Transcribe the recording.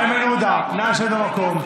איימן עודה, נא לשבת במקום.